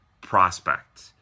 prospect